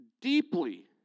deeply